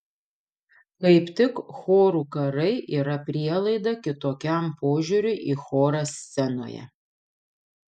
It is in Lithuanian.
kaip tik chorų karai yra prielaida kitokiam požiūriui į chorą scenoje